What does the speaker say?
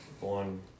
One